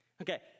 Okay